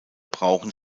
brauchen